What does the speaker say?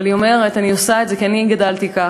אבל היא אומרת: אני עושה את זה כי אני גדלתי כך,